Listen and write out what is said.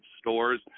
stores